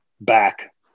back